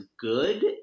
good